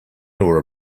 nor